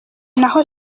naho